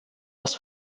was